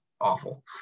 awful